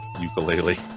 ukulele